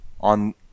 on